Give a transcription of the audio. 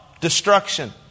Destruction